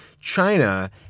China